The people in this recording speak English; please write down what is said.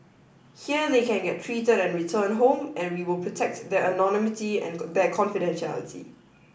here they can get treated and return home and we will protect their anonymity and their confidentiality